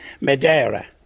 Madeira